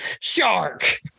shark